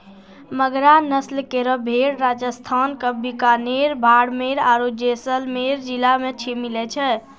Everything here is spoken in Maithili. मगरा नस्ल केरो भेड़ राजस्थान क बीकानेर, बाड़मेर आरु जैसलमेर जिला मे मिलै छै